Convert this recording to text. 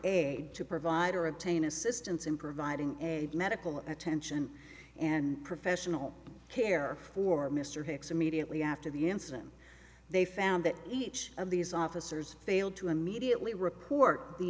aid to provide or obtain assistance in providing a medical attention and professional care for mr hicks immediately after the incident they found that each of these officers failed to immediately report the